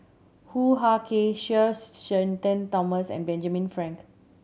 Hoo Ah Kay Sir Shenton Thomas and Benjamin Frank